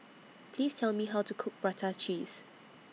Please Tell Me How to Cook Prata Cheese